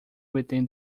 within